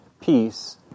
peace